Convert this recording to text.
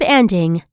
ending